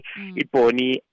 Iponi